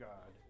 God